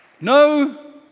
No